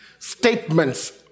statements